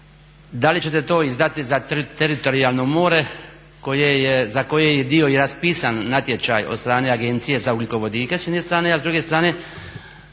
Da li ćete to izdati za teritorijalno more za koje je dio i raspisan natječaj od strane Agencije za ugljikovodike s jedne strane? A s druge strane,